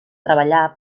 treballar